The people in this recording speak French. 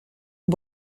aux